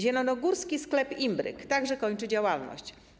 Zielonogórski sklep Imbryk także kończy działalność.